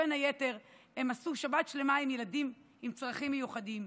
בין היתר הם עשו שבת שלמה עם ילדים עם צרכים מיוחדים.